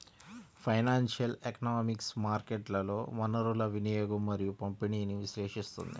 financial economics మార్కెట్లలో వనరుల వినియోగం మరియు పంపిణీని విశ్లేషిస్తుంది